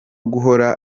guhora